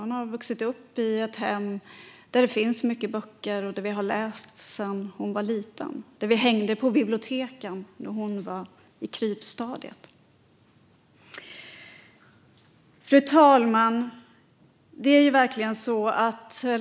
Hon har vuxit upp i ett hem där det finns mycket böcker och där vi har läst sedan hon var liten. Vi hängde på biblioteken när hon var i krypstadiet. Fru talman!